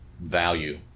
value